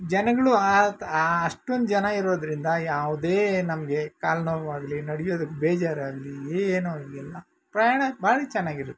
ಜನಗಳು ಅಷ್ಟೊಂದು ಜನ ಇರೋದರಿಂದ ಯಾವುದೇ ನಮಗೆ ಕಾಲು ನೋವಾಗಲಿ ನಡಿಯೋದಕ್ಕೆ ಬೇಜಾರಾಗಲಿ ಏನು ಇಲ್ಲ ಪ್ರಯಾಣ ಭಾರಿ ಚೆನ್ನಾಗಿರುತ್ತೆ